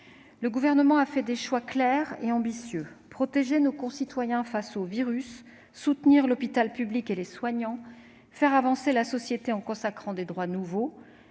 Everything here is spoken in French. Le Gouvernement a fait des choix clairs et ambitieux : protéger nos concitoyens face au virus, soutenir l'hôpital public et les soignants, faire avancer la société en consacrant des droits nouveaux,